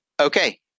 okay